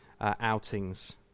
outings